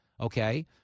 Okay